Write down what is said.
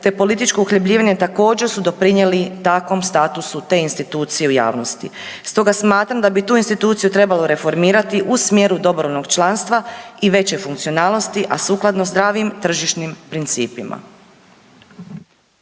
te političko uhljebljivanje također su doprinijeli takvom statusu te institucije u javnosti. Stoga smatram da bi tu instituciju trebalo reformirati u smjeru dobrovoljnog članstva i veće funkcionalnosti, a sukladno zdravim tržišnim principima.